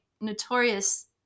notorious